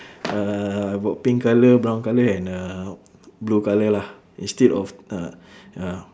uh I got pink colour brown colour and uh blue colour lah instead of uh ya